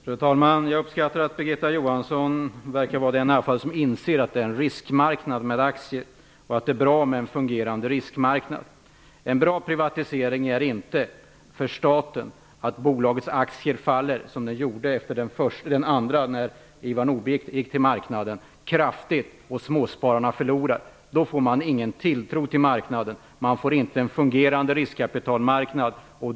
Fru talman! Jag uppskattar att Birgitta Johansson verkar vara den som inser att aktier utgör en riskmarknad och att det är bra med en fungerande riskmarknad. Det är inte en bra privatisering för staten att bolagets aktier faller kraftigt och att småspararna förlorar. Då blir det inte någon tilltro till marknaden.